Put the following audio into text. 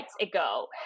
ago